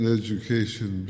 education